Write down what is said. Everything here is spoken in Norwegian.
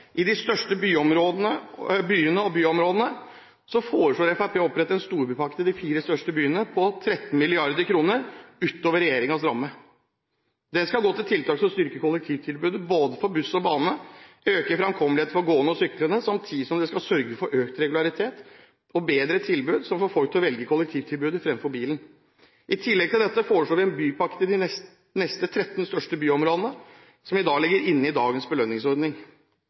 I de største byene og byområdene foreslår Fremskrittspartiet å opprette en storbypakke til de fire største byene på 13 mrd. kr utover regjeringens ramme. Det skal gå til tiltak som styrker kollektivtilbudet både for buss og bane, øke fremkommeligheten for gående og syklende og samtidig sørge for økt regularitet og bedre tilbud som får folk til å velge kollektivtilbudet fremfor bilen. I tillegg til dette foreslår vi en bypakke til de neste 13 største byområdene, som ligger inne i dagens belønningsordning.